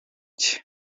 cye